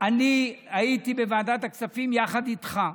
אני הייתי בוועדת הכספים יחד איתך,